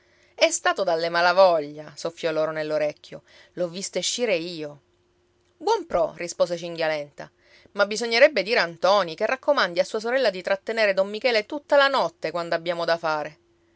è stato dalle malavoglia soffiò loro nell'orecchio l'ho visto escire io buon prò rispose cinghialenta ma bisognerebbe dire a ntoni che raccomandi a sua sorella di trattenere don michele tutta la notte quando abbiamo da fare